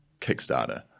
Kickstarter